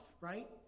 right